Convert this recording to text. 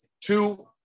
two